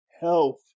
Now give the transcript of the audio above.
health